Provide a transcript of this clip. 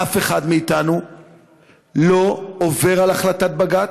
אף אחד מאתנו לא עובר על החלטת בג"ץ,